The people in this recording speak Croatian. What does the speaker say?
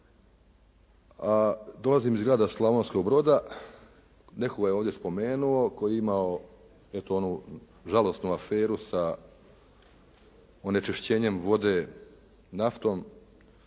dolazim iz grada Slavonskog Broda. Netko je ovdje spomenuo tko je imao eto onu žalosnu aferu sa onečišćenjem vode naftom